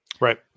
Right